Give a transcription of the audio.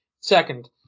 Second